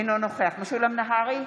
אינו נוכח משולם נהרי,